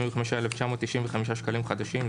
6,575,995 שקלים חדשים,",